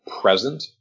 present